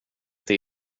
inte